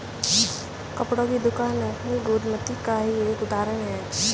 कपड़ों की दुकान एथनिक उद्यमिता का ही एक उदाहरण है